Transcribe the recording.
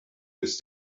with